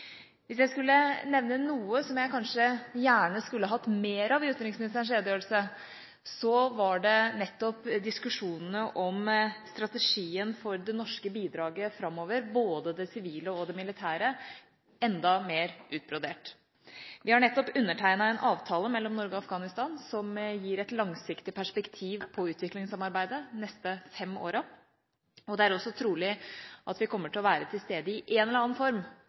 Hvis jeg skulle nevne noe som jeg gjerne skulle hatt mer av i utenriksministerens redegjørelse, var det nettopp å få diskusjonene om strategien for det norske bidraget framover – både det sivile og det militære – enda mer utbrodert. Vi har nettopp undertegnet en avtale mellom Norge og Afghanistan som gir et langsiktig perspektiv på utviklingssamarbeidet de neste fem årene. Det er også trolig at vi kommer til å være til stede i en eller annen form